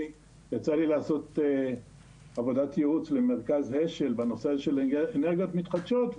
יצא לי לעשות עבודת יעוץ למרכז אש"ל בנושא של אנרגיות מתחדשות,